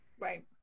Right